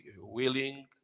willing